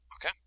Okay